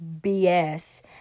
bs